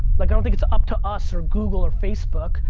like i don't think it's up to us or google or facebook.